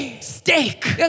Steak